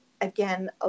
again